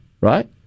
right